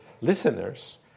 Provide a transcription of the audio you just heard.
listeners